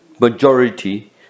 majority